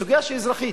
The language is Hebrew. בסוגיה שהיא אזרחית,